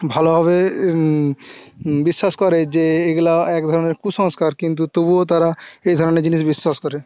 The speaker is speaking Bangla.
ভালোভাবে বিশ্বাস করে যে এগুলা এক ধরণের কুসংস্কার কিন্তু তবুও তারা এই ধরণের জিনিস বিশ্বাস করে